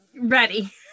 Ready